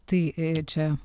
tai čia